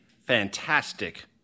fantastic